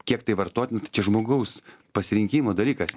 kiek tai vartotin čia žmogaus pasirinkimo dalykas